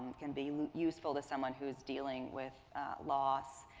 can be useful to someone who's dealing with loss,